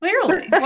Clearly